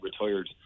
retired